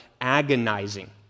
agonizing